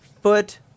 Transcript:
Foot